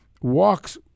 walks